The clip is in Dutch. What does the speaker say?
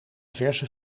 verse